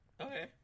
Okay